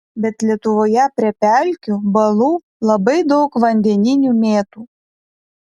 bet lietuvoje prie pelkių balų labai daug vandeninių mėtų